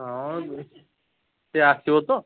ହଁ ସେ ଆସିବ ତ